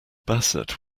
bassett